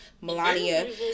melania